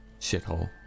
shithole